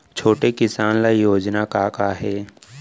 छोटे किसान ल योजना का का हे?